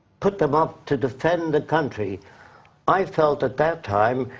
put them off to defend the country i felt at that time,